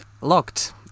locked